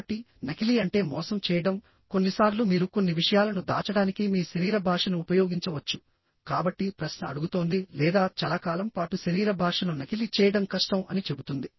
కాబట్టినకిలీ అంటే మోసం చేయడంకొన్నిసార్లు మీరు కొన్ని విషయాలను దాచడానికి మీ శరీర భాషను ఉపయోగించవచ్చు కాబట్టి ప్రశ్న అడుగుతోంది లేదా చాలా కాలం పాటు శరీర భాషను నకిలీ చేయడం కష్టం అని చెబుతుంది